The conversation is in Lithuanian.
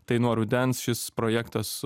tai nuo rudens šis projektas